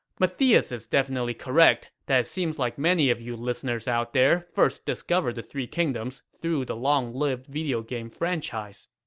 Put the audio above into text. but is is definitely correct that it seems like many of you listeners out there first discovered the three kingdoms through the long-lived video game franchise.